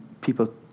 people